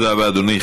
תודה רבה, אדוני.